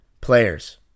players